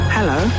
Hello